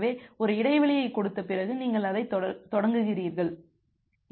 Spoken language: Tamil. எனவே ஒரு இடைவெளியைக் கொடுத்த பிறகு நீங்கள் அதைத் தொடங்குகிறீர்கள்